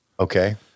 Okay